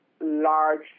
large